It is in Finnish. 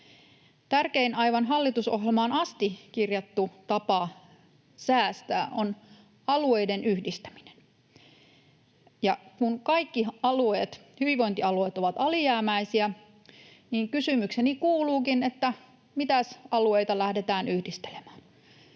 Tärkein aivan hallitusohjelmaan asti kirjattu tapa säästää on alueiden yhdistäminen, ja kun kaikki hyvinvointialueet ovat alijäämäisiä, niin kysymykseni kuuluukin: Mitäs alueita lähdetään yhdistelemään?